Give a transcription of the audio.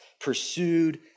pursued